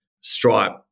Stripe